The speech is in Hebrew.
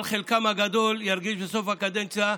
אבל חלקם הגדול ירגישו בסוף הקדנציה,